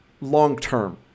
long-term